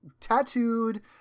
tattooed